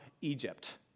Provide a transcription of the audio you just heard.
Egypt